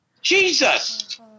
Jesus